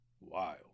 wild